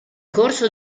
corso